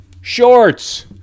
Shorts